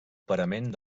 parament